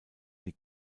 die